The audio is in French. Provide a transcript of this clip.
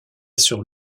sur